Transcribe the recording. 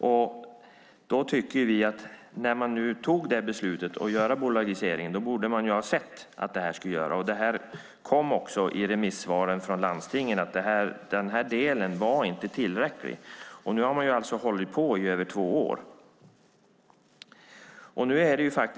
Vi tycker att när man nu fattade beslut om bolagisering borde man ha sett att det skulle bli så här. Det stod också remissvaren från landstingen att denna del inte var tillräcklig. Nu har man hållit på i över två år.